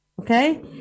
Okay